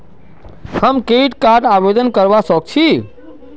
हम credit card आवेदन करवा संकोची?